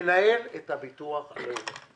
מנהל את הביטוח הלאומי.